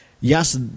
Yes